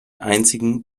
einzigen